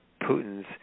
Putin's